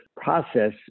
process